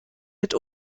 mit